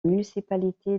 municipalité